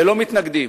ללא מתנגדים,